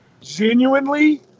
genuinely